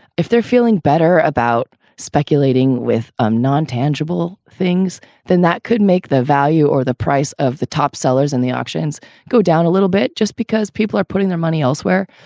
if they're feeling better about speculating with a um non-tangible things than that could make the value or the price of the top sellers in the auctions go down a little bit just because people are putting their money elsewhere.